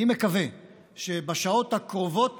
אני מקווה שבשעות הקרובות